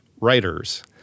writers